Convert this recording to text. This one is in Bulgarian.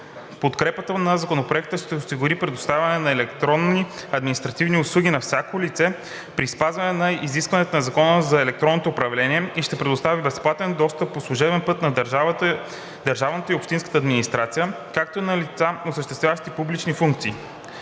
Подкрепата на Законопроекта ще осигури предоставянето на електронни административни услуги на всяко лице при спазване на изискванията на Закона за електронното управление и ще предостави безплатен достъп по служебен път на държавната и общинската администрация, както и на лицата, осъществяващи публични функции.